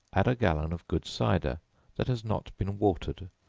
add a gallon of good cider that has not been watered,